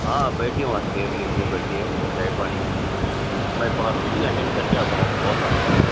ہاں بیٹھیے وہاں چیئر لیجیے بیٹھیے چائے پانی پیجیے میں تھوڑا میٹنگ اٹینڈ کر کے آتا ہوں باس آنے والے ہیں